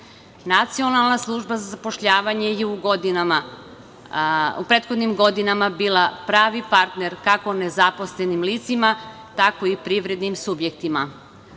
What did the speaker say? nama. Nacionalna služba za zapošljavanje je u prethodnim godinama bila pravi partner kako nezaposlenim licima, tako i privrednim subjektima.